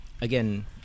again